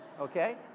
okay